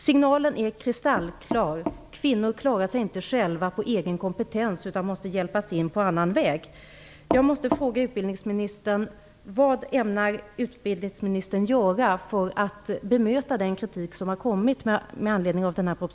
Signalen är kristallklar: Kvinnor klarar sig inte själva på egen kompetens utan måste hjälpas in på annan väg.